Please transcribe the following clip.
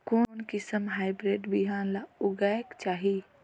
कोन किसम हाईब्रिड बिहान ला लगायेक चाही?